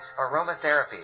aromatherapy